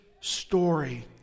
story